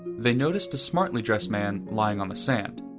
they noticed a smartly dressed man lying on the sand,